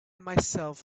myself